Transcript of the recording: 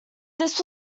this